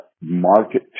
market